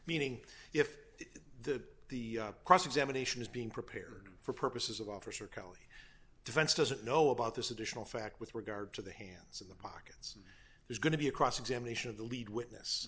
meaning if the the cross examination is being prepared for purposes of officer kelly defense doesn't know about this additional fact with regard to the hands in the pockets there's going to be a cross examination of the lead witness